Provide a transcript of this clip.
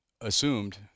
assumed